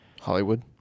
Hollywood